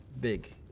big